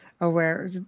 aware